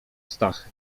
stachy